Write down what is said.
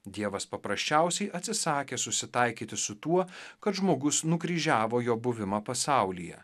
dievas paprasčiausiai atsisakė susitaikyti su tuo kad žmogus nukryžiavo jo buvimą pasaulyje